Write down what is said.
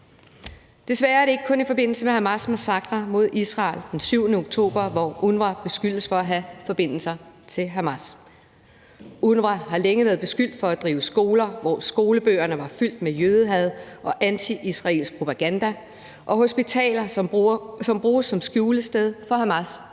Desværre er det ikke kun i forbindelse med Hamas' massakre mod Israel den 7. oktober, at UNRWA beskyldes for at have forbindelser til Hamas. UNRWA har længe været beskyldt for at drive skoler, hvor skolebøgerne var fyldt med jødehad og antiisraelsk propaganda, og hospitaler, som bruges som skjulested for Hamas'